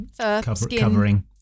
covering